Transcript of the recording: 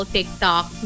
TikTok